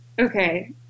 Okay